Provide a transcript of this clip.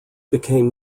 became